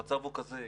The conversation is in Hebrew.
המצב הוא כזה,